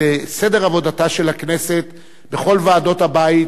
סדר העבודה של הכנסת בכל ועדות הבית,